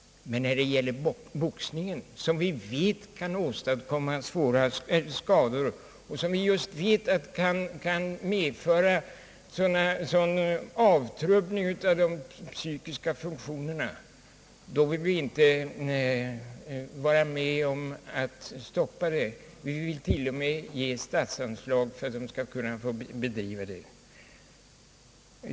Men när det gäller boxningen, som vi vet kan åstadkomma skador på centrala nervsystemet och medföra en sådan avtrubbning av de psykiska funktionerna, vill vi inte vara med om att sätta stopp för skadorna. Vi vill t.o.m. ge statsbidrag för att boxningen skall få fortsätta.